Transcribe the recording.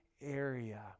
area